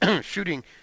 shooting